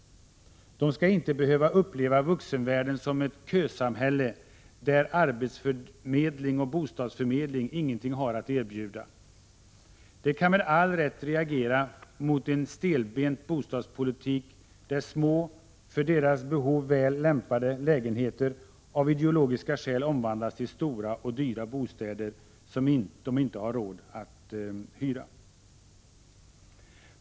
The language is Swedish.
1986/87:131 behöva uppleva vuxenvärlden som ett kösamhälle där arbetsförmedling och 26 maj 1987 bostadsförmedling ingenting har att erbjuda. De kan med all rätt reagera mot en stelbent bostadspolitik, där små, för deras behov väl lämpade lägenheter av ideologiska skäl omvandlas till stora och dyra bostäder, som de inte har råd med.